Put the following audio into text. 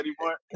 anymore